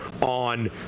on